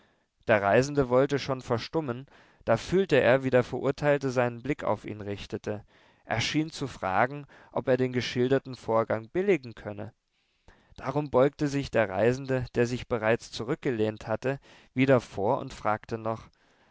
der reisende wollte schon verstummen da fühlte er wie der verurteilte seinen blick auf ihn richtete er schien zu fragen ob er den geschilderten vorgang billigen könne darum beugte sich der reisende der sich bereits zurückgelehnt hatte wieder vor und fragte noch